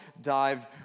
dive